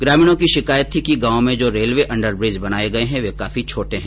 ग्रामीणों की शिकायत थी कि गांवों में जो रेलवे अंडरब्रिज बनाए गए हैं वे काफी छोटे हैं